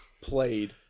played